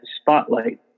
spotlight